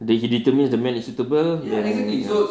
they he determines the man is suitable then meminang